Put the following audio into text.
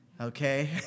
Okay